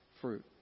fruit